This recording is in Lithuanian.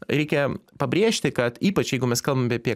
reikia pabrėžti kad ypač jeigu mes kalbam apie